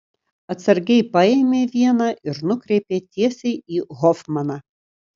atsargiai paėmė vieną ir nukreipė tiesiai į hofmaną